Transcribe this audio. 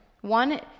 One